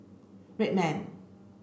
Red Man